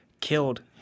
killed